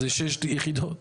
אז זה שש יחדות.